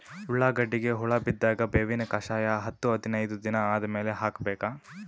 ಉಳ್ಳಾಗಡ್ಡಿಗೆ ಹುಳ ಬಿದ್ದಾಗ ಬೇವಿನ ಕಷಾಯ ಹತ್ತು ಹದಿನೈದ ದಿನ ಆದಮೇಲೆ ಹಾಕಬೇಕ?